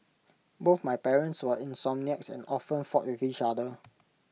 both my parents were insomniacs and often fought with each other